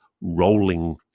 rolling